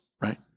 right